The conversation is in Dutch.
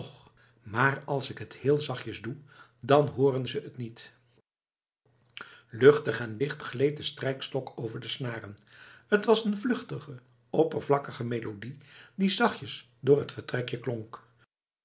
maar als ik t heel zachtjes doe dan hooren ze het niet luchtig en licht gleed de strijkstok over de snaren t was een vluchtige oppervlakkige melodie die zachtjes door het vertrekje klonk